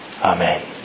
Amen